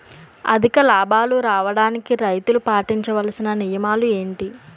అధిక లాభాలు రావడానికి రైతులు పాటించవలిసిన నియమాలు ఏంటి